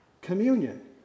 communion